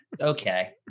okay